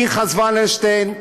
פנחס ולרשטיין,